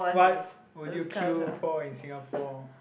what will you queue for in Singapore